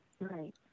Right